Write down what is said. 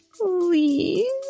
please